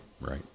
Right